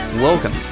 Welcome